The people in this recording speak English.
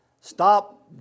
stop